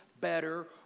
better